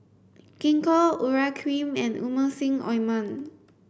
Gingko Urea cream and Emulsying ointment